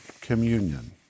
communion